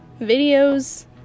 videos